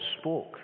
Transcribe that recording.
spoke